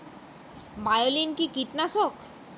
বায়োলিন কি কীটনাশক?